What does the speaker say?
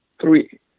three